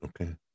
okay